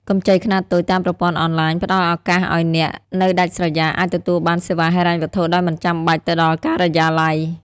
កម្ចីខ្នាតតូចតាមប្រព័ន្ធអនឡាញ ផ្ដល់ឱកាសឱ្យអ្នកដែលនៅដាច់ស្រយាលអាចទទួលបានសេវាហិរញ្ញវត្ថុដោយមិនចាំបាច់ទៅដល់ការិយាល័យ។